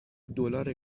دلار